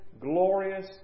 glorious